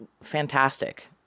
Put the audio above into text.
fantastic